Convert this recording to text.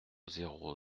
zéro